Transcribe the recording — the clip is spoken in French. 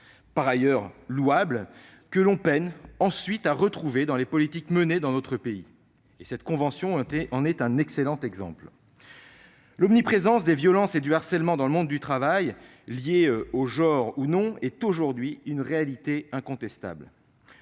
par ailleurs louables, mais que l'on peine ensuite à retrouver dans les politiques menées dans notre pays. Cette convention en est un excellent exemple. L'omniprésence des violences et du harcèlement dans le monde du travail, liés ou non au genre, est aujourd'hui une réalité incontestable.